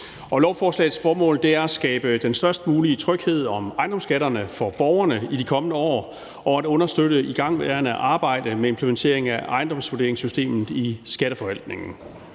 Lovforslagets formål er at skabe den størst mulige tryghed om ejendomsskatterne for borgerne i de kommende år og at understøtte igangværende arbejde med implementering af ejendomsvurderingssystemet i Skatteforvaltningen.